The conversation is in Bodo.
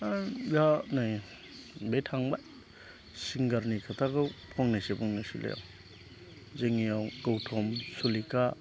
आरो दा नै बे थांबाय सिंगारनि खोथाखौ फंनैसो बुंनोसै आं जोंनियाव गौथ'म सुलेखा